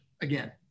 again